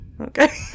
okay